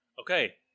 okay